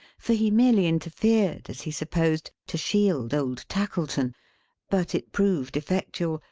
for he merely interfered, as he supposed, to shield old tackleton but it proved effectual,